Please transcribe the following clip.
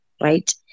right